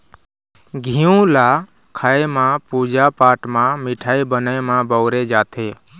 घींव ल खाए म, पूजा पाठ म, मिठाई बनाए म बउरे जाथे